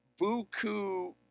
buku